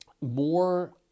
more